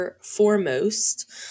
foremost